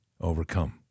overcome